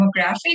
demographics